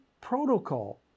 protocol